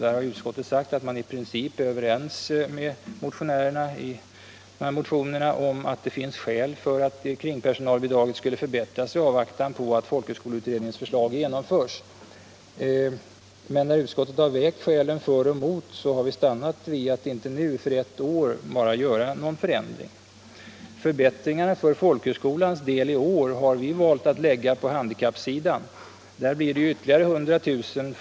Där har utskottet sagt att man i princip är överens med motionärerna om att det finns skäl för att kringpersonalbidraget förbättras i avvaktan på att folkhögskoleutredningens förslag genomförs. Men när utskottet vägt skälen för och emot har vi stannat för att inte nu, för bara ett år, göra någon förändring. Förbättringarna för folkhögskolans del i år har vi valt att lägga på handikappsidan. Där blir det ytterligare 100 000 kr.